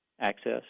access